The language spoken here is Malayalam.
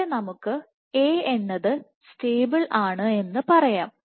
ഇവിടെ നമുക്ക് A എന്നത് സ്റ്റേബിൾ ആണ് എന്ന് പറയാം